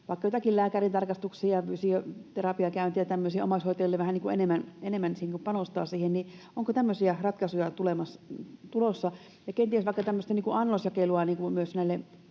vaikka joitakin lääkärintarkastuksia ja fysioterapiakäyntejä ja tämmöisiä eli vähän niin kuin enemmän panostaa siihen: onko tämmöisiä ratkaisuja tulossa, ja kenties vaikka tämmöistä annosjakelua myös näille